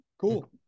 Cool